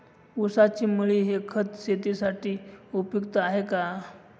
ऊसाची मळी हे खत शेतीसाठी उपयुक्त आहे का?